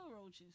roaches